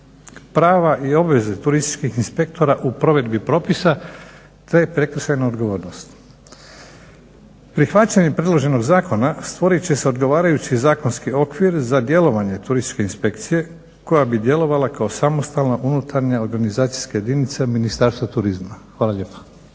prava i obveze turističkih inspektora u provedbi propisa te prekršajna odgovornost. Prihvaćanjem predloženog zakona stvorit će se odgovarajući zakonski okvir za djelovanje Turističke inspekcije koja bi djelovala kao samostalna unutarnja organizacijska jedinica Ministarstva turizma. Hvala lijepa.